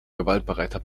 gewaltbereiter